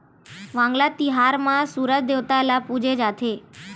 वांगला तिहार म सूरज देवता ल पूजे जाथे